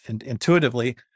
intuitively